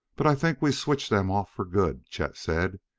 but i think we switched them off for good, chet said,